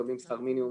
מקבלים שכר מינימום,